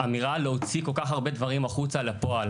אמירה להוציא כל כך הרבה דברים החוצה לפועל.